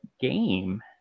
game